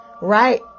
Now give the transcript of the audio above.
Right